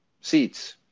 seats